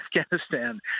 Afghanistan